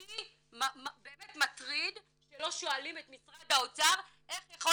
אותי באמת מטריד שלא שואלים את משרד האוצר איך יכול